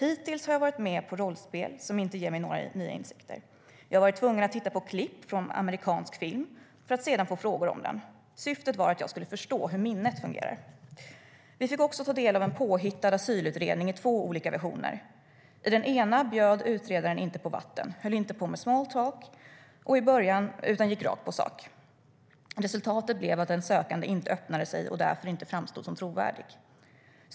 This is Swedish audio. Hittills har jag varit med på rollspel som inte gett mig några nya insikter. Jag har varit tvungen att titta på klipp från amerikansk film för att sedan få frågor om den. Syftet var att jag skulle förstå hur minnet fungerar. Vi fick också ta del av en påhittad asylutredning i två olika versioner. I den ena bjöd utredaren inte på vatten, höll inte på med 'small talk' i början utan gick rakt på sak. Resultatet blev att den sökande inte öppnade sig och därför inte framstod som trovärdig.